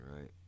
right